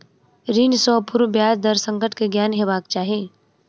ऋण सॅ पूर्व ब्याज दर संकट के ज्ञान हेबाक चाही